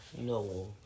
no